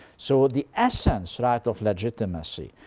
so the essence right of legitimacy,